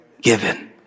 given